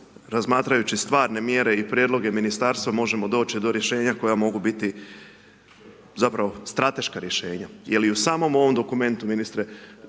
razmatrajući stvarne mjere i prijedloge ministarstva, možemo doći do rješenja, koja mogu biti zapravo stratešku rješenja. Jer i u samom ovom dokumente ministre,